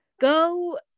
go